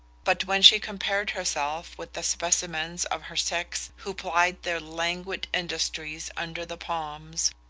but when she compared herself with the specimens of her sex who plied their languid industries under the palms,